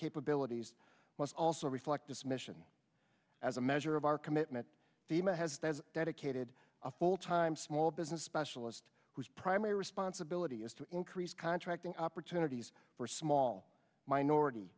capabilities must also reflect this mission as a measure of our commitment fema has dedicated a full time small business specialist whose primary responsibility is to increase contracting opportunities for small minority